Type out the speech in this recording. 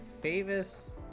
Famous